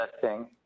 testing